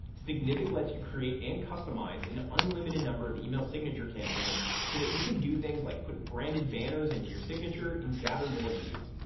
signitic lets you create and customize an unlimited number of email signature campaigns, so that you can do things like put branded banners into your signature and gather more leads.